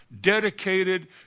dedicated